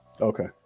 Okay